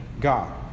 God